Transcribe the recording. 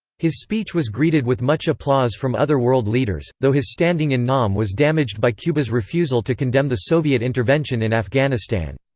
his speech was greeted with much applause from other world leaders, though his standing in nam was damaged by cuba's refusal to condemn the soviet intervention in afghanistan.